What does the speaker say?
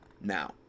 now